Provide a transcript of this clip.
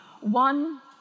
One